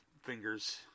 fingers